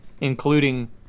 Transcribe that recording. including